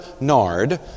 nard